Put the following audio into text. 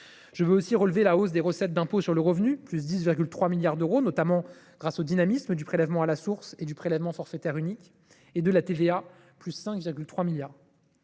Je veux aussi relever la hausse des recettes d’impôt sur le revenu de 10,3 milliards d’euros, notamment grâce au dynamisme du prélèvement à la source et du prélèvement forfaitaire unique, ainsi que de la TVA, à hauteur de 5,3 milliards